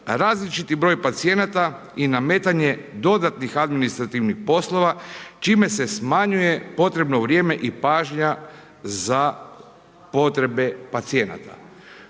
različiti broj pacijenata i nametanje dodatnih administrativnih poslova čime se smanjuje potrebno vrijeme i pažnja za potrebe pacijenata.